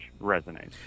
resonates